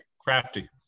Crafty